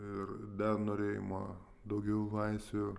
ir dar norėjimo daugiau laisvių